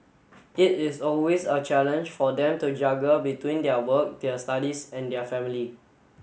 it is always a challenge for them to juggle between their work their studies and their family